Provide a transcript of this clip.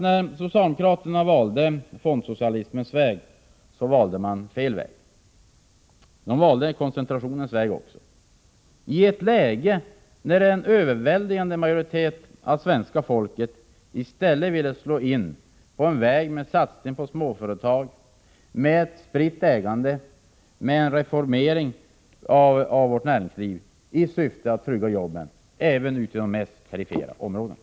När socialdemokraterna valde fondsocialismens väg tror jag att de valde fel väg. De valde också koncentrationens väg — i ett läge när en överväldigande majoritet av svenska folket i stället ville slå in på en väg med satsning på småföretag, med spritt ägande, med en reformering av vårt näringsliv i syfte att trygga jobben, även i de mest perifera områdena.